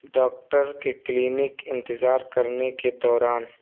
doctor کے clinic انتظار کرنے کے دوران